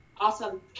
Awesome